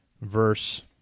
verse